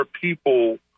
people